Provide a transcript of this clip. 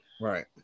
Right